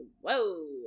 whoa